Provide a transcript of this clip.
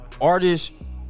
Artists